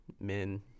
men